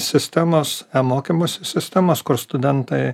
sistemos e mokymosi sistemos kur studentai